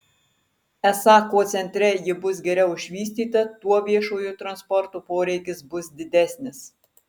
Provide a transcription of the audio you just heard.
esą kuo centre ji bus geriau išvystyta tuo viešojo transporto poreikis bus didesnis